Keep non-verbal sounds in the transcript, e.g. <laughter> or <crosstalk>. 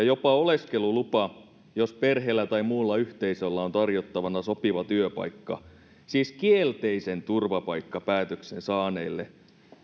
<unintelligible> jopa oleskelulupa jos perheellä tai muulla yhteisöllä on tarjottavana sopiva työpaikka siis kielteisen turvapaikkapäätöksen saaneille